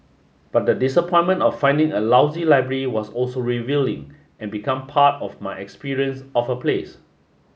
but the disappointment of finding a lousy library was also revealing and became part of my experience of a place